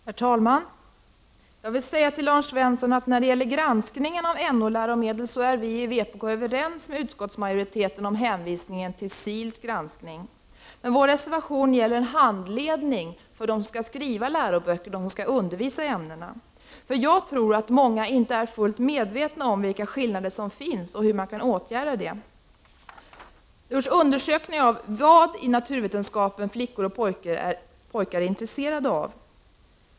Herr talman! Jag vill säga till Lars Svensson att vi i vpk är överens med utskottsmajoriteten när det gäller hänvisningen till SIL:s granskning av NO läromedel. Vår reservation gäller en handledning för dem som skall skriva läroböcker och undervisa i ämnena. Jag tror att många inte är fullt medvetna om vilka skillnader som finns och hur man kan åtgärda dem. Det har gjorts undersökningar av vad i naturvetenskap flickor och pojkar är intresserade av.